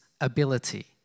ability